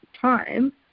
time